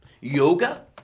Yoga